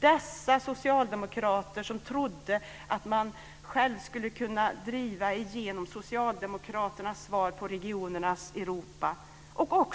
Det var dessa socialdemokrater som trodde att de själva kunde driva igenom socialdemokraternas svar på regionernas Europa och